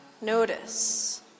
Notice